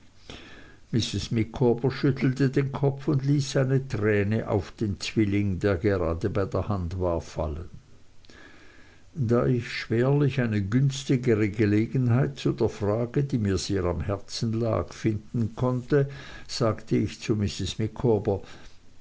mrs micawber schüttelte den kopf und ließ eine träne auf den zwilling der gerade bei der hand war fallen da ich schwerlich eine günstigere gelegenheit zu der frage die mir sehr am herzen lag finden konnte sagte ich zu mrs